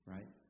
Right